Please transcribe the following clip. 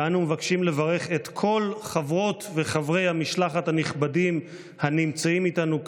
ואנו מבקשים לברך את כל חברות וחברי המשלחת הנכבדים הנמצאים איתנו כאן,